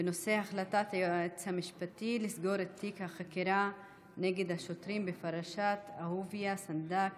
בנושא החלטת היועמ"ש לסגור את תיק החקירה נגד השוטרים בפרשת אהוביה סנדק